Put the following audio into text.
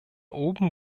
oben